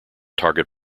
target